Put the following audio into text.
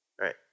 right